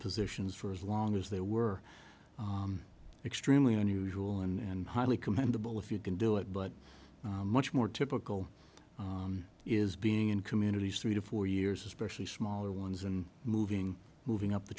positions for as long as they were extremely unusual and highly commendable if you can do it but much more typical is being in communities three to four years especially smaller ones and moving moving up the